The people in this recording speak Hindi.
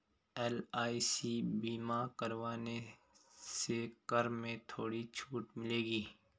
एल.आई.सी बीमा करवाने से कर में थोड़ी छूट मिलेगी